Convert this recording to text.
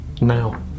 Now